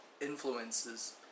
influences